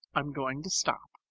i'm going to stop.